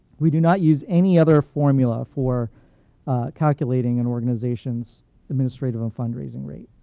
we do not use any other formula for calculating an organization's administrative and fundraising rate.